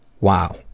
Wow